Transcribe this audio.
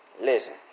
Listen